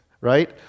right